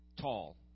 tall